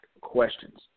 questions